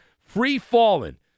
free-falling